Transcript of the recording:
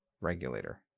regulator